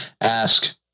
ask